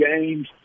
games